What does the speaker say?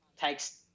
takes